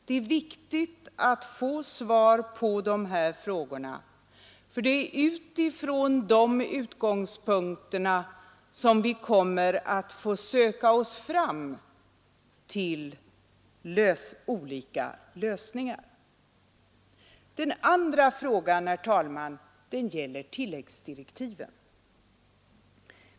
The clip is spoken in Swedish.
Det är viktigt att få svar på de här frågorna, ty det är utifrån de utgångspunkterna som vi kommer att få söka oss fram till olika lösningar. Den andra frågan, herr talman, gäller tilläggsdirektiven.